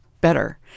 better